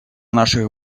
наших